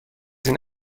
این